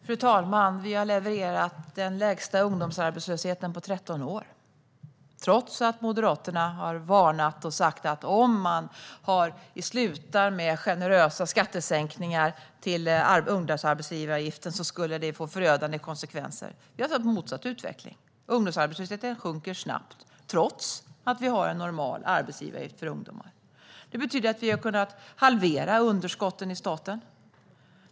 Fru talman! Vi har levererat den lägsta ungdomsarbetslösheten på 13 år, trots att Moderaterna har varnat och sagt att det skulle få förödande konsekvenser om man slutade med generösa skattesänkningar av arbetsgivaravgiften för unga. Vi har sett motsatt utveckling: Ungdomsarbetslösheten sjunker snabbt, trots att vi har normal arbetsgivaravgift för ungdomar. Det betyder att vi har kunnat halvera underskotten i staten.